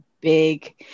big